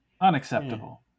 unacceptable